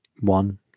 one